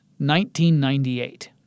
1998